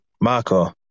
Marco